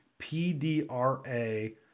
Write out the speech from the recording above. PDRA